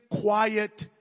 quiet